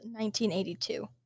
1982